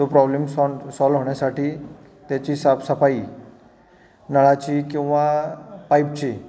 तो प्रॉब्लेम सॉन सॉल्व होण्यासाठी त्याची साफसफाई नळाची किंवा पाईपची